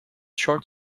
short